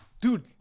dude